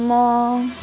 म